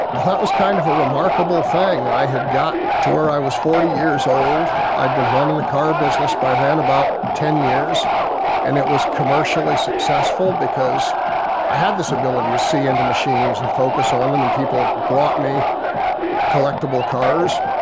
was kind of a remarkable thing. i had got to where i was forty years old, i had been running a car business by then about ten years and it was commercially successful because i had this ability to see into machines and focus on them, and people brought me collectable cars.